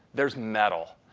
there's metal.